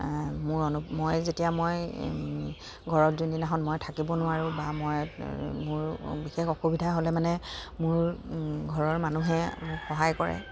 মোৰ অনু মই যেতিয়া মই ঘৰত যোনদিনাখন মই থাকিব নোৱাৰোঁ বা মই মোৰ বিশেষ অসুবিধা হ'লে মানে মোৰ ঘৰৰ মানুহে মোক সহায় কৰে